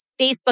Facebook